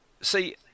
See